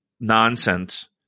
nonsense